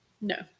No